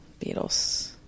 Beatles